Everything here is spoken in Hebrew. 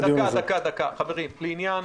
--- לעניין